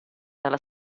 dalla